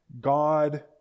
God